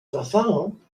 vervangen